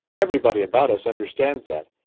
everybody about us understands that,